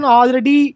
already